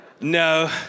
no